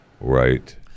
Right